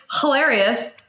hilarious